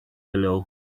below